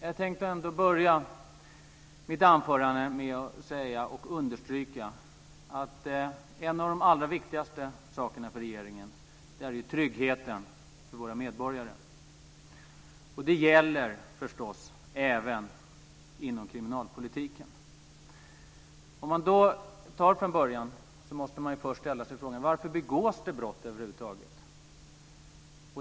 Jag tänkte ändå börja mitt anförande med att understryka att en av de allra viktigaste sakerna för regeringen är tryggheten för våra medborgare. Det gäller förstås även inom kriminalpolitiken. Om man tar det från början så måste man först ställa sig frågan: Varför begås det brott över huvud taget?